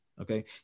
okay